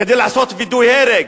כדי לעשות וידוא הרג.